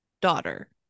daughter